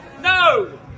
No